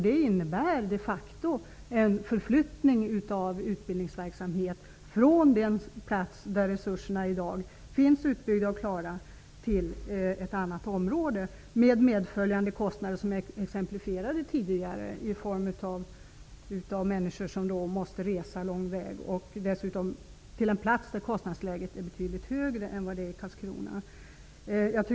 Det innebär de facto en förflyttning av utbildningsverksamhet från den plats där resurserna i dag finns utbyggda och klara till ett annat område, med de medföljande kostnader som jag tidigare exemplifierade. Människor måste resa lång väg, och dessutom till en plats där kostnadsläget är betydligt högre än i Karlskrona.